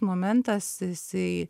momentas jisai